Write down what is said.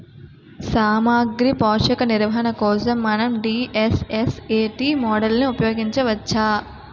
సామాగ్రి పోషక నిర్వహణ కోసం మనం డి.ఎస్.ఎస్.ఎ.టీ మోడల్ని ఉపయోగించవచ్చా?